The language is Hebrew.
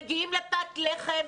מגיעים לפת לחם,